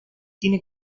tiene